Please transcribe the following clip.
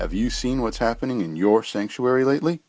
have you seen what's happening in your sanctuary lately